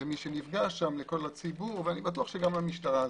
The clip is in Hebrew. למי שנפגע, לציבור, ואני בטוח שגם למשטרה.